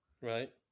Right